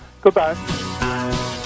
Goodbye